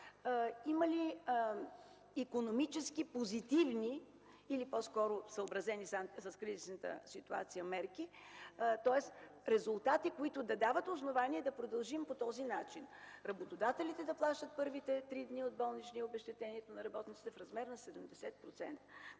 има ли позитивни икономически мерки, съобразени с кризисната ситуация. Тоест резултати, които да дават основание да продължим по този начин – работодателите да плащат първите три дни от болничния и обезщетението на работниците в размер на 70%.